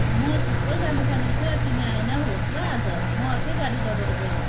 म छिट्टो जानु पर्नेछ तिमी आएनौ होस् ल आज म अर्कै गाडी लगेर गएँ